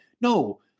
no